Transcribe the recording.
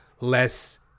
less